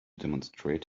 demonstrate